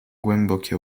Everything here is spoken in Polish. głębokie